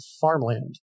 farmland